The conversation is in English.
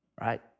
right